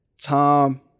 Tom